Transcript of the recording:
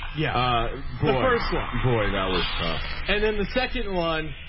yeah poor swat and boy, that was tough. and then the second one,